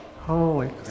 Holy